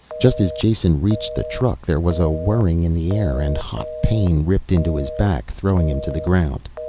just as jason reached the truck there was a whirring in the air and hot pain ripped into his back, throwing him to the ground.